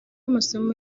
amasomo